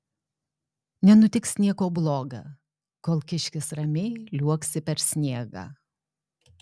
nenutiks nieko bloga kol kiškis ramiai liuoksi per sniegą